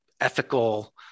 ethical